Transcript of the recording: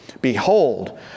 Behold